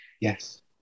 Yes